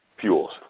fuels